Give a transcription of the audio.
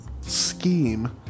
scheme